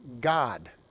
God